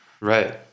right